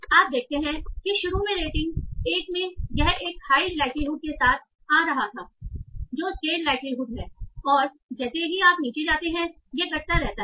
आप देखते हैं कि शुरू में रेटिंग 1 में यह एक हाई लाइक्लीहुड के साथ आ रहा था जो स्केलड लाइक्लीहुड है और जैसे ही आप नीचे जाते हैं यह घटता रहता है